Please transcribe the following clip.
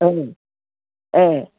ओं